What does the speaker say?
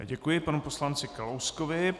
Děkuji panu poslanci Kalouskovi.